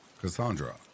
Cassandra